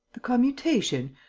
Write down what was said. the commutation?